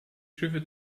schiffe